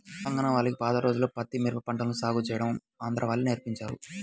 తెలంగాణా వాళ్లకి పాత రోజుల్లో పత్తి, మిరప పంటలను సాగు చేయడం ఆంధ్రా వాళ్ళే నేర్పించారు